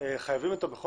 חייבים אותה?